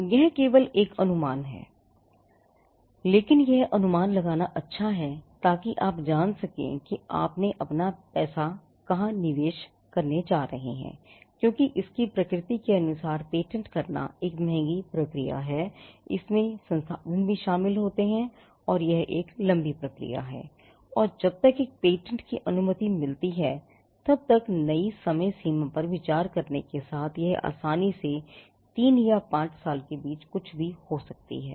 यह केवल एक अनुमान है लेकिन यह अनुमान लगाना अच्छा है ताकि आप जान सकें कि आप अपना पैसा कहां निवेश करने जा रहे हैं क्योंकि इसकी प्रकृति के अनुसार पेटेंट करना एक महंगी प्रक्रिया है इसमें एक संसाधन शामिल है और यह एक लम्बी प्रक्रिया है और जब तक एक पेटेंट की अनुमति मिलती है तब तक नई समयसीमा पर विचार करने के साथ यह आसानी से 3 या 5 साल के बीच कुछ भी हो सकती है